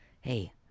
Hey